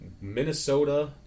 Minnesota